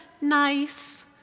nice